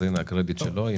אז הנה הקרדיט שלו.